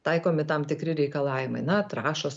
taikomi tam tikri reikalavimai na trąšos